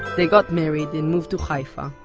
they got married and moved to haifa,